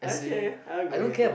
actually I agree with you